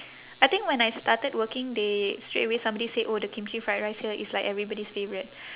I think when I started working they straight away somebody say oh the kimchi fried rice here is like everybody's favourite